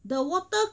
the water